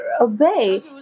obey